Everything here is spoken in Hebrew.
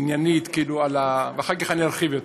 עניינית ואחר כך אני ארחיב יותר.